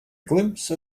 glimpse